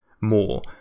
more